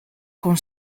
con